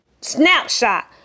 snapshot